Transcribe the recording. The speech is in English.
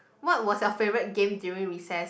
what was your favorite game during recess